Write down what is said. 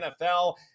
NFL